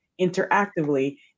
interactively